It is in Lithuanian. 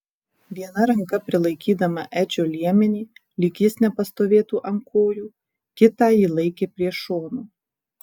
viena ranka prilaikydama edžio liemenį lyg jis nepastovėtų ant kojų kitą ji laikė prie šono